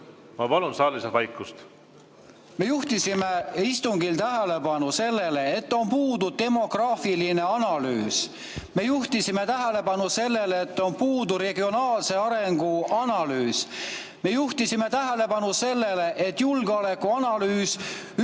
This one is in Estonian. ei ole sugugi ilus? Me juhtisime istungil tähelepanu sellele, et on puudu demograafiline analüüs. Me juhtisime tähelepanu sellele, et on puudu regionaalse arengu analüüs. Me juhtisime tähelepanu sellele, et julgeolekuanalüüsi üks osa